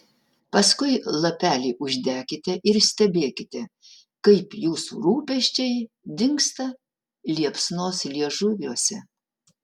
paskui lapelį uždekite ir stebėkite kaip jūsų rūpesčiai dingsta liepsnos liežuviuose